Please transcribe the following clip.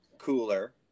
cooler